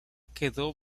quedó